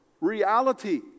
reality